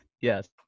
yes